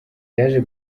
yaje